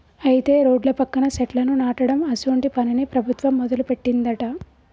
అయితే రోడ్ల పక్కన సెట్లను నాటడం అసోంటి పనిని ప్రభుత్వం మొదలుపెట్టిందట